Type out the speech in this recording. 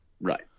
right